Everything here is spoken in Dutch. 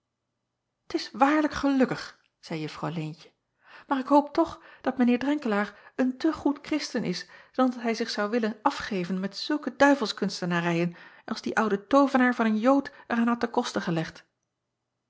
t s waarlijk gelukkig zeî uffrouw eentje maar ik hoop toch dat mijn eer renkelaer een te goed risten is dan dat hij zich zou willen afgeven met zulke duivelskunstenarijen als die oude toovenaar van een ood er aan had te koste gelegd